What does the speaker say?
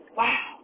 wow